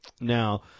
Now